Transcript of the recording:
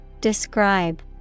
Describe